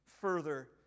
further